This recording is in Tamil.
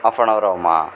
ஆஃபனவர் ஆவுமா